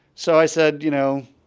so i said, you know,